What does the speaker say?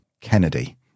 Kennedy